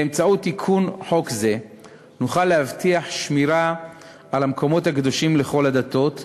באמצעות תיקון חוק זה נוכל להבטיח שמירה על המקומות הקדושים לכל הדתות,